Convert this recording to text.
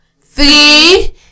three